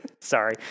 Sorry